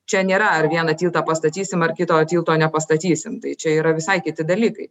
čia nėra ar vieną tiltą pastatysim ar kito tilto nepastatysim tai čia yra visai kiti dalykai